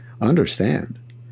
understand